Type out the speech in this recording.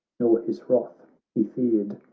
nor his wrath he feared.